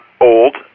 old